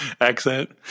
accent